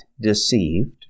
deceived